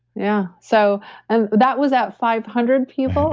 yeah. so and that was at five hundred people